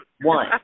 One